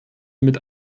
mit